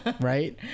right